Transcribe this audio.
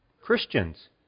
Christians